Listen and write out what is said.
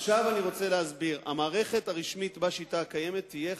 עכשיו אני רוצה להסביר: המערכת הרשמית בשיטה הקיימת תהיה חשופה,